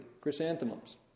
Chrysanthemums